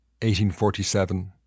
1847